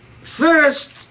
first